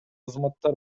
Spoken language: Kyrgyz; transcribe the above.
кызматтар